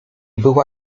była